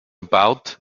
about